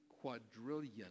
quadrillion